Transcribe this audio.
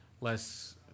Less